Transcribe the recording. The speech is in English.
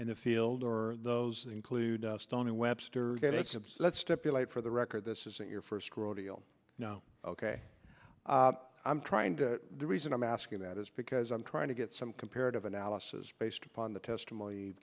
in the field or those include stony webster let's stipulate for the record this isn't your first rodeo ok i'm trying to the reason i'm asking that is because i'm trying to get some comparative analysis based upon the testimony